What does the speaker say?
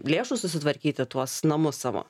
lėšų susitvarkyti tuos namus savo